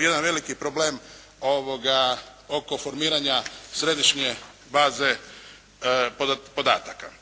jedan veliki problem oko formiranja Središnje baze podataka.